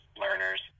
learners